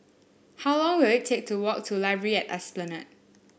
how long will it take to walk to Library at Esplanade